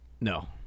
No